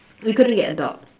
we couldn't get a dog